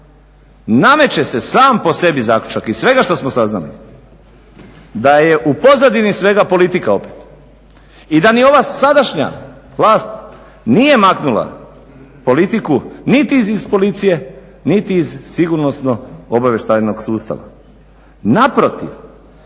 nameće sam po sebi zaključak iz svega što smo saznali da je u pozadini svega politika opet i da ni ova sadašnja vlast nije maknula politiku niti iz Policije niti iz sigurnosno-obavještajnog sustava. Naprotiv,